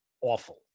awful